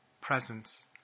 presence